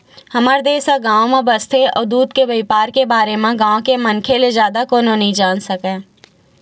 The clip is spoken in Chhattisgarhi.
हमर देस ह गाँव म बसथे अउ दूद के बइपार के बारे म गाँव के मनखे ले जादा कोनो नइ जान सकय